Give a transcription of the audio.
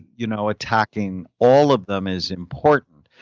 you know attacking all of them is important.